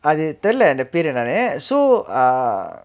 அது தெர்ல அந்த பெரு என்னனு:athu terla antha peru ennaanu so ah